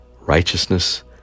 righteousness